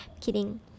Kidding